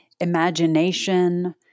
imagination